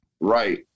right